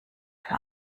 für